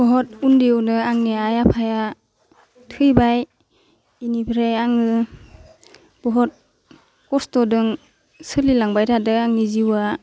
बहुद उन्दैयावनो आंनि आइ आफाया थैबाय इनिफ्राय आङो बहुद खस्थ'दों सोलिलांबाय थादों आंनि जिवा